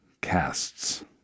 Casts